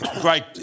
great